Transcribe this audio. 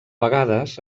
vegades